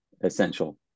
essential